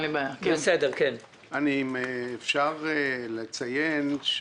אפשר לציין,